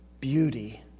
beauty